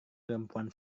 perempuan